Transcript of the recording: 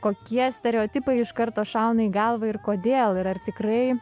kokie stereotipai iš karto šauna į galvą ir kodėl ir ar tikrai